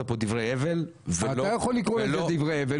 פה דברי הבל -- אתה לא יכול לקרוא לזה דברי הבל,